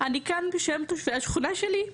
אני כאן בשם תושבי השכונה שלי,